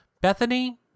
Bethany